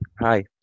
Hi